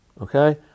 Okay